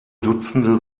dutzende